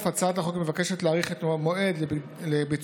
הצעת החוק מבקשת להאריך את המועד לביצוע